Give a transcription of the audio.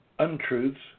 untruths